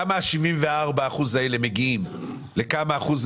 כמה ה-74 אחוזים האלה מגיעים לכמה אחוזים